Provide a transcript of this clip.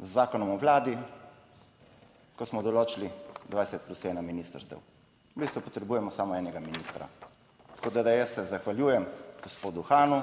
z Zakonom o Vladi, ko smo določili 20 plus ena ministrstev. V bistvu potrebujemo samo enega ministra. Tako da jaz se zahvaljujem gospodu Hanu,